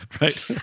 right